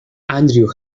andrew